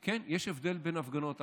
כן, יש הבדל בין הפגנות.